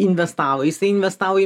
investavo jisai investavo į